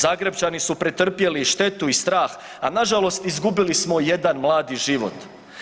Zagrepčani su pretrpjeli štetu i strah, a nažalost izgubili smo jedan mladi život.